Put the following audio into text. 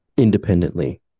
independently